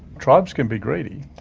tribes can be greedy.